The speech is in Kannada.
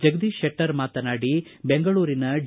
ಜಗದೀಶ್ ಶೆಟ್ಟರ್ ಮಾತನಾಡಿ ಬೆಂಗಳೂರಿನ ಡಿ